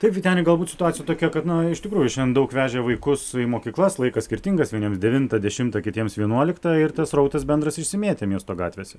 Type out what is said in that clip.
taip vyteni galbūt situacija tokia kad na iš tikrųjų šiandien daug vežė vaikus į mokyklas laikas skirtingas vieniems devintą dešimtą kitiems vienuoliktą ir tas srautas bendras išsimėtė miesto gatvėse